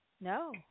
no